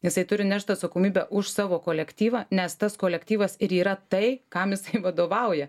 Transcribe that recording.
jisai turi nešt atsakomybę už savo kolektyvą nes tas kolektyvas ir yra tai kam jis vadovauja